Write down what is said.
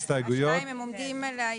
השאלה אם הם עומדים על ההסתייגויות?